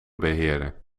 beheerder